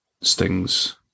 Sting's